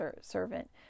servant